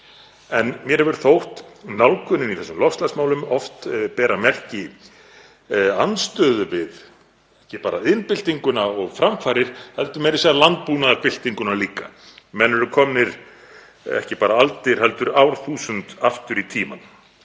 en mér hefur þótt nálgunin í þessum loftslagsmálum oft bera merki andstöðu við ekki bara iðnbyltinguna og framfarir heldur meira að segja landbúnaðarbyltinguna líka. Menn eru komnir ekki bara aldir heldur árþúsund aftur í tímann